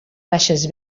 baixes